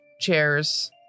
chairs